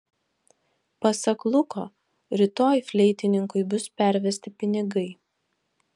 pasak luko rytoj fleitininkui bus pervesti pinigai